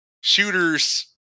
shooters